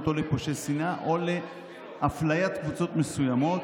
או לפשעי שנאה או לאפליית קבוצות מסוימות,